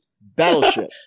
Battleship